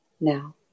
now